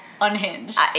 unhinged